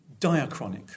diachronic